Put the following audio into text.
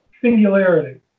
singularity